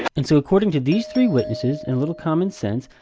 and so, according to these three witnesses, and a little common sense,